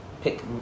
pick